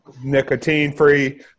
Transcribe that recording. Nicotine-free